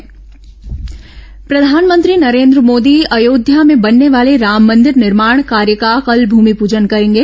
राम पर्यटन स्थल प्रधानमंत्री नरेन्द्र मोदी अयोध्या में बनने वाले राम मंदिर निर्माण कार्य का कल भूमिप्जन करेंगे